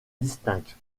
distinctes